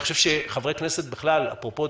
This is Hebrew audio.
אני חושב שחברי הכנסת בכלל אפרופו,